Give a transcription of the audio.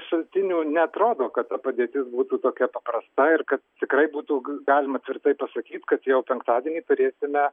šaltinių neatrodo kad padėtis būtų tokia paprasta ir kad tikrai būtų g galima tvirtai pasakyt kad jau penktadienį turėsime